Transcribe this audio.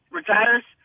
retires